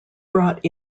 brought